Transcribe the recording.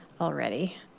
already